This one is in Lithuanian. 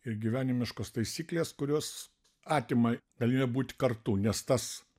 ir gyvenimiškos taisyklės kurios atima galimybę būt kartu nes tas